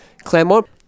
Claremont